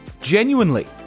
genuinely